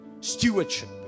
Stewardship